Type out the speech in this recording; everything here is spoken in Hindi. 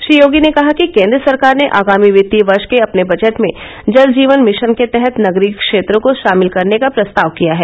श्री योगी ने कहा कि केन्द्र सरकार ने आगामी वित्तीय वर्ष के अपने बजट में जल जीवन मिशन के तहत नगरीय क्षेत्रों को शामिल करने का प्रस्ताव किया है